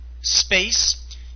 space